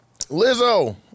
Lizzo